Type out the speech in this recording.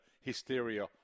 hysteria